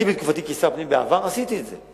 אני, בתקופתי כשר הפנים בעבר, עשיתי את זה.